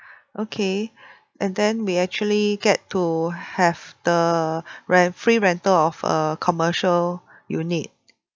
okay and then we actually get to have the rent free rental of a commercial unit